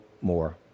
more